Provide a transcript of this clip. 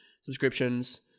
subscriptions